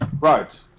Right